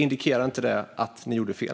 Indikerar inte det att ni gjorde fel?